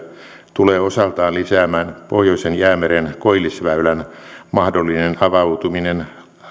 tulee osaltaan lisäämään pohjoisen jäämeren koillisväylän mahdollinen avautuminen